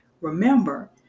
Remember